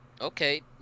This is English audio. Okay